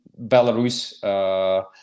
Belarus